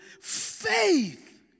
faith